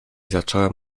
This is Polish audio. zacząłem